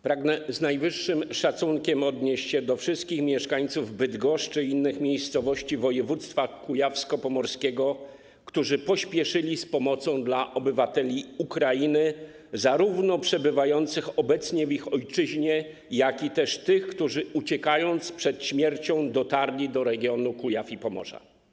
Pragnę z najwyższym szacunkiem odnieść się do wszystkich mieszkańców Bydgoszczy i innych miejscowości województwa kujawsko-pomorskiego, którzy pospieszyli z pomocą dla obywateli Ukrainy zarówno przebywających obecnie w ich ojczyźnie, jak i też tych, którzy uciekając przed śmiercią, dotarli do regionu Kujaw i Pomorza.